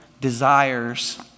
desires